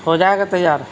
ہو جائے گا تیار